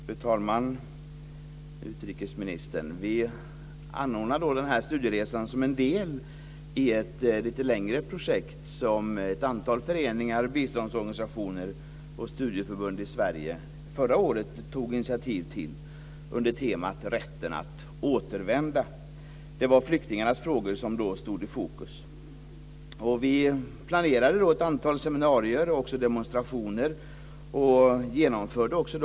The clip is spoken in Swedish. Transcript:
Fru talman! Utrikesministern! Vi anordnade denna studieresa som en del i ett lite längre projekt som ett antal föreningar, biståndsorganisationer och studieförbund i Sverige förra året tog initiativ till under temat "Rätten att återvända". Det var flyktingarnas frågor som då stod i fokus. Vi planerade ett antal seminarier och demonstrationer och genomförde dem också.